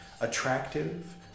attractive